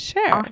Sure